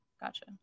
Gotcha